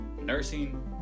nursing